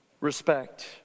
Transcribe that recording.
respect